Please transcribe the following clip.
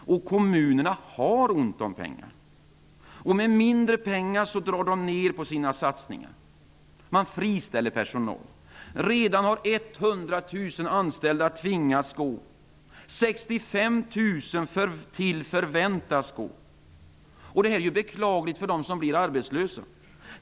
Kommunerna har ont om pengar, och med mindre pengar drar de ner på sina satsningar. Personal friställs. Redan har 100 000 anställda tvingats gå. Ytterligare 65 000 anställda väntas gå. Det här är beklagligt för dem som blir arbetslösa.